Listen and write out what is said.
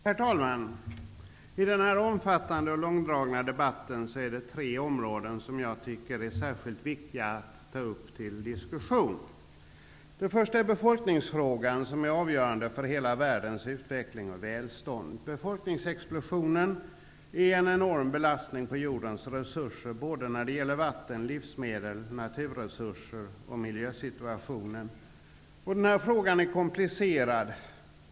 Herr talman! I den här omfattande och långdragna debatten är det tre områden som jag tycker är särskilt viktiga att ta upp till diskussion. Det första gäller befolkningsfrågan, som är avgörande för hela världens utveckling och välstånd. Befolkningsexplosionen är en enorm beslastning på jordens resurser, när det gäller vatten, livsmedel, naturresurser och miljösituationen. Denna fråga är komplicerad.